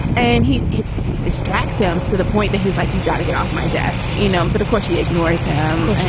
and he it distracts him to the point that he's like, you've got to get off my desk, you know? but of course, she ignores him.